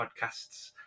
podcasts